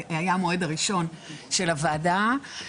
זה היה המועד הראשון של הוועדה,